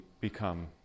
become